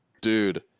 Dude